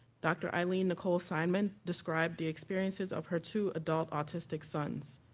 dr. eileen nicole simon described the experiences of her two adult autistic sons.